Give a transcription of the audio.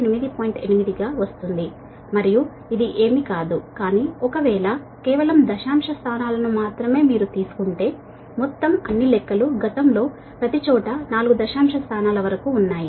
8 వస్తుంది మరియు ఇక్కడ ఈ 68 అంత విషయం ఏమీ కాదు కానీ ఒకవేళ కేవలం దశాంశ స్థానాలను మాత్రమే మీరు తీసుకుంటే మొత్తం అన్ని లెక్కలు గతంలో ప్రతిచోటా 4 దశాంశ స్థానాల వరకు ఉన్నాయి